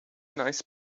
nice